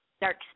dark